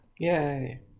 Yay